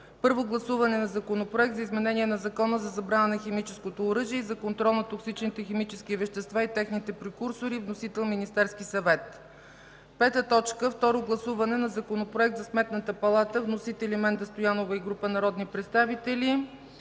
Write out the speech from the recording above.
Първо гласуване на Законопроекта за изменение на Закона за забрана на химическото оръжие и за контрол на токсичните химически вещества и техните прекурсори. Вносител: Министерският съвет. 5. Второ гласуване на Законопроекта за Сметната палата. Вносители: Менда Стоянова и група народни представители.